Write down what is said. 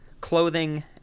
clothing